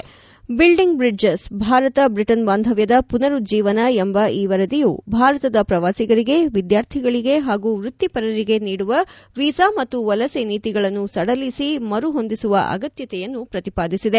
ಬಿಲ್ಡಿಂಡ್ bridges Bharat Britain ಬಾಂಧವ್ಯದ ಪುನರುಜ್ಜೀವನ ಎಂಬ ಈ ವರದಿಯು ಭಾರತದ ಪ್ರವಾಸಿಗರಿಗೆ ವಿದ್ಯಾರ್ಥಿಗಳಿಗೆ ಹಾಗೂ ವೃತ್ತಿಪರರಿಗೆ ನೀಡುವ ವಿಸಾ ಮತ್ತು ವಲಸೆ ನೀತಿಗಳನ್ನು ಸದಲಿಸಿ ಮರು ಹೊಂದಿಸುವ ಅಗತ್ಯತೆಯನ್ನು ಪ್ರತಿಪಾದಿಸಿದೆ